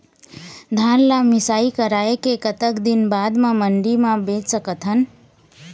धान ला मिसाई कराए के कतक दिन बाद मा मंडी मा बेच सकथन?